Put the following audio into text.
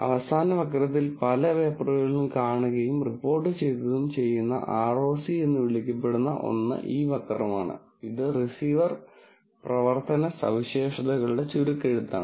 അവസാന വക്രത്തിൽ പല പേപ്പറുകളിലും കാണുകയും റിപ്പോർട്ടുചെയ്യുകയും ചെയ്യുന്ന ROC എന്ന് വിളിക്കപ്പെടുന്ന ഒന്ന് ഈ വക്രമാണ് ഇത് റിസീവർ പ്രവർത്തന സവിശേഷതകളുടെ ചുരുക്കെഴുത്താണ്